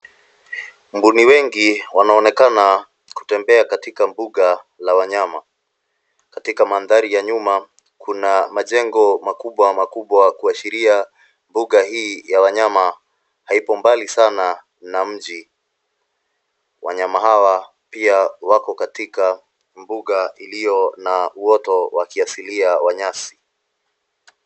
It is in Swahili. Mbuni wengi wanaonekana kutembea katika mbuga la wanyama. katika mandhari ya nyuma kuna majengo makubwa makubwa kuashiria mbuga hii haipo mbali sana na mji. Wanyama hawa pia wako katika mbuga ilio na uoto wa kiasilia wa nyasi.